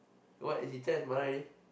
what he tell his mother already